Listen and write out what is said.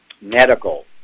medical